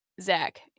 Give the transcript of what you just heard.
Zach